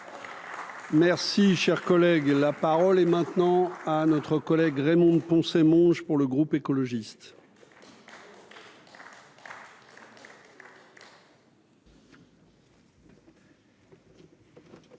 Merci, cher collègue, la parole est maintenant à notre collègue Raymonde Poncet moche pour le groupe écologiste.